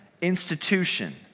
institution